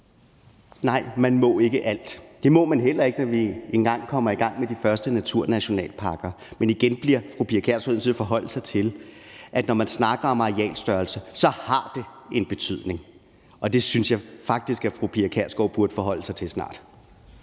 nej, man må ikke alt. Det må man heller ikke, når vi engang kommer i gang med de første naturnationalparker. Men igen bliver fru Pia Kjærsgaard nødt til at forholde sig til, at når man snakker om arealstørrelse, har det en betydning. Og det synes jeg faktisk at fru Pia Kjærsgaard burde forholde sig til snart.